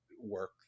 work